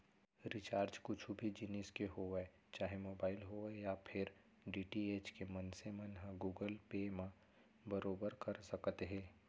recharge कुछु भी जिनिस के होवय चाहे मोबाइल होवय या फेर डी.टी.एच के मनसे मन ह गुगल पे म बरोबर कर सकत हे